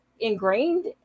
ingrained